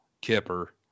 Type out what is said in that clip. Kipper